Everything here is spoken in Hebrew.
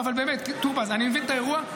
באמת, טור פז, אני מבין את האירוע.